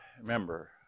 Remember